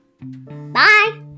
Bye